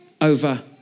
over